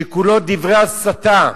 שכולו דברי הסתה,